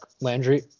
Landry